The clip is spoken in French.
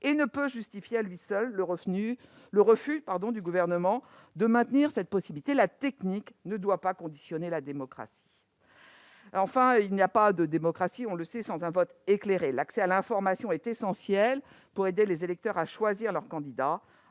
et ne peut justifier à lui seul le refus du Gouvernement de maintenir cette possibilité. La technique ne doit pas conditionner la démocratie. Enfin, il n'y a pas de démocratie sans un vote éclairé. L'accès à l'information est essentiel pour aider les électeurs à choisir leur candidat,